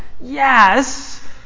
yes